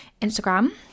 Instagram